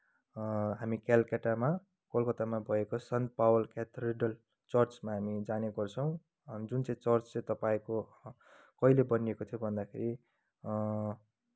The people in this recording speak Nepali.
हामी कलकत्तमा कोलकातामा भएको सन्त पावल केथेड्रल चर्चमा हामी जाने गर्छौँ जुन चाहिँ चर्च चाहिँ तपाईँको कहिले बनिएको थियो भन्दाखेरि